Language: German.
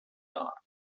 dar